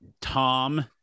Tom